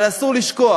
אבל אסור לשכוח